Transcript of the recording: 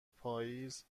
پاییز